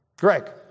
Greg